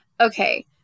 okay